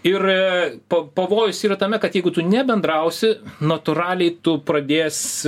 ir pa pavojus yra tame kad jeigu tu nebendrausi natūraliai tu pradės